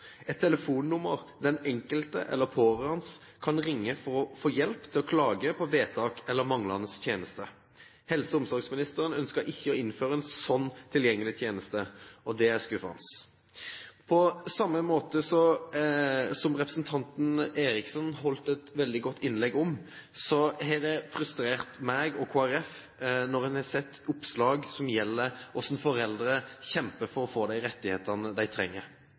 et telefonnummer den enkelte selv eller pårørende kan ringe for å få hjelp til å klage på vedtak eller manglende tjenester. Helse- og omsorgsministeren ønsker ikke å innføre en slik tilgjengelig tjeneste, og det er skuffende. Representanten Eriksson holdt et veldig godt innlegg. På samme måte har oppslag som gjelder hvordan foreldre kjemper for å få de rettighetene de trenger,